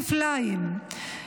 כפליים,